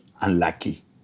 unlucky